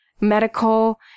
medical